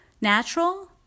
natural